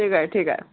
ठीकु आहे ठीकु आहे